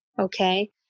okay